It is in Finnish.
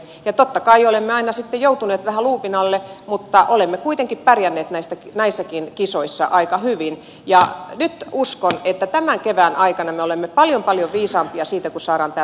totta kai olemme aina sitten joutuneet vähän luupin alle mutta olemme kuitenkin pärjänneet näissäkin kisoissa aika hyvin ja nyt uskon että tämän kevään aikana me olemme paljon paljon viisaampia siitä kun saadaan tämä selvitys valmistettua